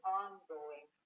ongoing